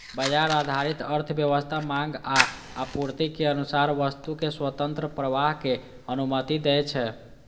बाजार आधारित अर्थव्यवस्था मांग आ आपूर्तिक अनुसार वस्तुक स्वतंत्र प्रवाहक अनुमति दै छै